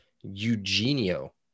Eugenio